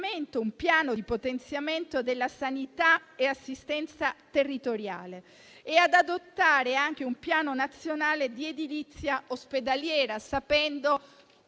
un piano di potenziamento della sanità e assistenza territoriale; ad adottare anche un piano nazionale di edilizia ospedaliera, sapendo